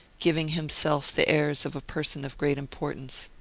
giving himself the airs of a person of great importance.